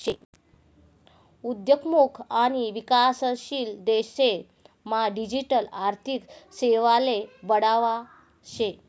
उद्योन्मुख आणि विकसनशील देशेस मा डिजिटल आर्थिक सेवाले बढावा शे